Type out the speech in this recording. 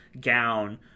gown